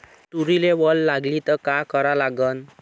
तुरीले वल लागली त का करा लागन?